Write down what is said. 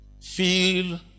Feel